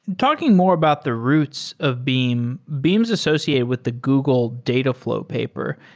and talking more about the roots of beam. beam is associated with the google datafl ow paper.